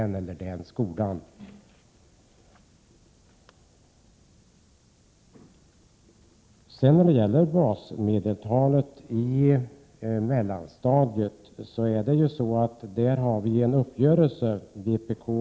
Beträffande basmedeltalet på mellanstadiet finns det en uppgörelse mellan vpk och socialdemokraterna.